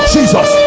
Jesus